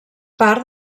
part